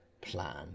plan